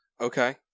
Okay